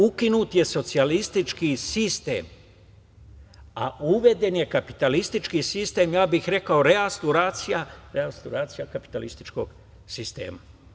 Ukinut je socijalistički sistem, a uveden je kapitalistički sistem, rekao bi restauracija kapitalističkog sistema.